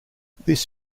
this